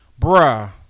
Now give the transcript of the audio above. bruh